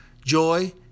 joy